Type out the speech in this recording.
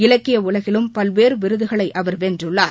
இலக்கிய உலகிலும் பல்வேறு விருதுகளை அவர் வென்றுள்ளார்